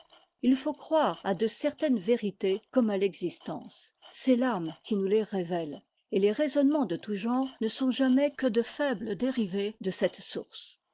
il faut croire à de certaines vérités comme à l'existence c'est l'âme qui nous les révèle et les raisonnements de tout genre ne sont jamais que de faibles dérivés de cette source